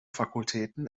fakultäten